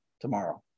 tomorrow